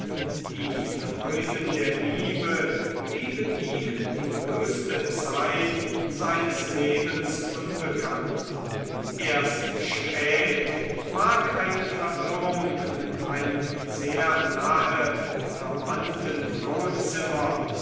die freuden der liebe blieben ihm die größte zeit seines lebens unbekannt erst spät mag eine verirrung mit einem sehr nahe verwandten frauenzimmer